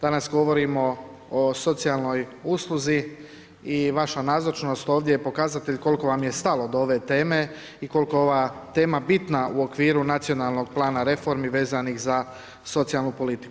Danas govorimo o socijalnoj usluzi i vaša nazočnost ovdje je pokazatelj koliko vam je stalo do ove teme i koliko je ova tema bitna u okviru nacionalnog plana reformi vezanih za socijalnu politiku.